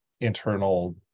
internal